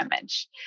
image